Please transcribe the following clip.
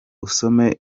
usome